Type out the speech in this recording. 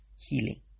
healing